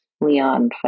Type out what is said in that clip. Leon